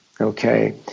okay